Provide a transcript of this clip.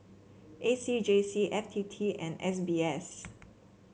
A C J C F T T and S B S